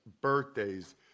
birthdays